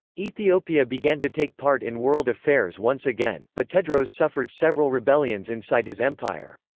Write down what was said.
ethiopia began to take part in world affairs once again but tewodros suffered several rebellions inside his empire.